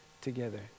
together